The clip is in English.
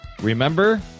Remember